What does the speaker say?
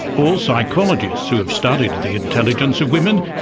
all psychologists who have studied the intelligence of women,